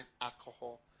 alcohol